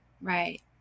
Right